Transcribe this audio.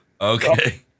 Okay